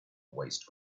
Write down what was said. waste